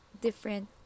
different